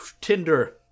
Tinder